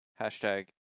Hashtag